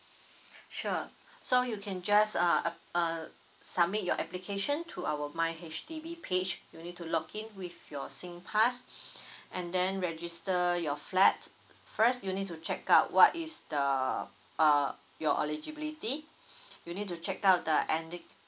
sure so you can just uh uh submit your application to our my H_D_B page you need to login with your sing pass and then register your flat first you need to check out what is the uh your eligibility you need to check out the ethnic